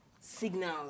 signals